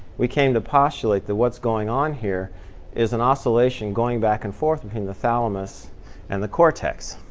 we came to postulate that what's going on here is an oscillation going back and forth between the thalamus and the cortex.